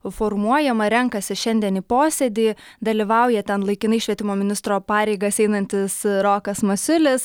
formuojama renkasi šiandien į posėdį dalyvauja ten laikinai švietimo ministro pareigas einantis rokas masiulis